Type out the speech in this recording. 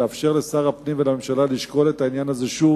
לאפשר לשר הפנים ולממשלה לשקול את העניין הזה שוב.